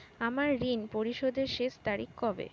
আমার ঋণ পরিশোধের শেষ তারিখ কবে?